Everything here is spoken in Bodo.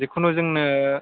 जेखुनु जोंनो